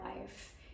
life